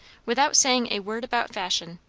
without saying a word about fashion,